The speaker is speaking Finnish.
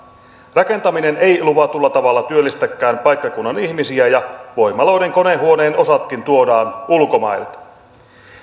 rakentaminen ei luvatulla tavalla työllistäkään paikkakunnan ihmisiä ja voimaloiden konehuoneiden osatkin tuodaan ulkomailta